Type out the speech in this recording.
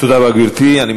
תודה רבה, גברתי.